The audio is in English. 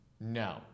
No